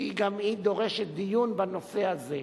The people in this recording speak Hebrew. שגם היא דורשת דיון בנושא הזה.